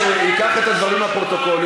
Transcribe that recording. שייקח את הדברים מהפרוטוקול,